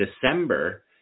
December